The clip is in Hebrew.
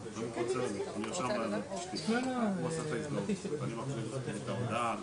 בסקירה של האם השימוש במידע מסוים הוא נדרש לצורך המטרה או לא.